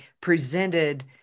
presented